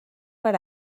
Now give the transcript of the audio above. per